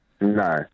No